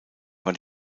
war